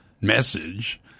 message